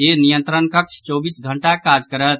ई नियंत्रण कक्ष चौबीस घंटा काज करत